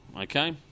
Okay